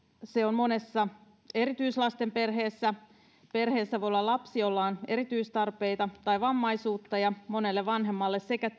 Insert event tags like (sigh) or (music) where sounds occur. se on monessa erityislapsen perheessä perheessä voi olla lapsi jolla on erityistarpeita tai vammaisuutta ja monelle vanhemmalle sekä (unintelligible)